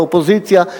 באופוזיציה,